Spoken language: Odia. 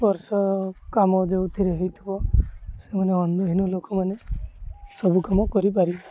ବର୍ଷ କାମ ଯେଉଁଥିରେ ହେଉଥିବ ସେମାନେ ଅନ୍ଧହୀନ ଲୋକମାନେ ସବୁ କାମ କରିପାରିବେ